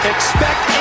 Expect